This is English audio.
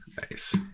Nice